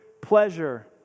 pleasure